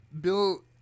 Bill